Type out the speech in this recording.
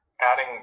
adding